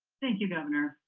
thank you governor.